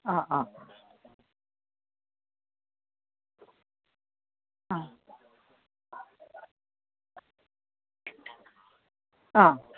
ആ ആ ആ ആ